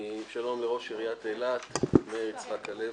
שלום לראש עיריית אילת, מאיר יצחק הלוי.